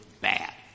bad